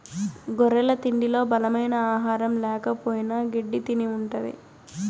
గొర్రెల తిండిలో బలమైన ఆహారం ల్యాకపోయిన గెడ్డి తిని ఉంటది